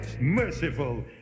merciful